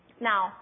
Now